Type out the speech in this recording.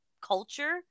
culture